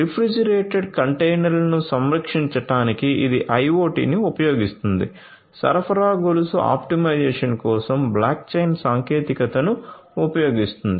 refrigerated కంటైనర్లను సంరక్షించడానికి ఇది IoT ని ఉపయోగిస్తుంది సరఫరా గొలుసు ఆప్టిమైజేషన్ కోసం బ్లాక్చైన్ సాంకేతికతను ఉపయోగిస్తుంది